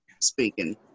speaking